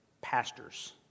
pastors